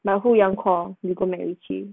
like who do you want to call you got macritchie